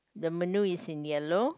the menu is in yellow